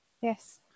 Yes